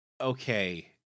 Okay